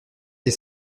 des